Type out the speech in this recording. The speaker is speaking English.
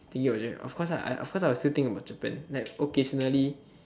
thinking of jap~ of course ah of course I will still think of Japan like occasionally